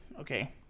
okay